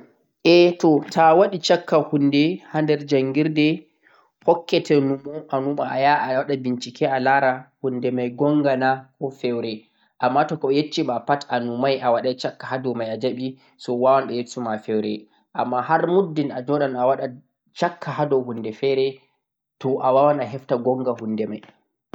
To'a waɗe shakka hunde ha nder jangirde hukkete numo bo awaɗan bincike sosai alara hunde mai gonganaa ko feure, amma to koɓe yesh-shima pat anumai hado mai, awaɗai shakka bo ajaɓe wawan latta feure'on amma har muddin a joɗan awaɗa shakka hado hundefere toh awawan a hefta gonga hunde mai.